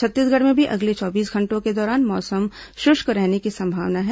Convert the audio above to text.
छत्तीसगढ़ में भी अगले चौबीस घंटों के दौरान मौसम शुष्क रहने की संभावना है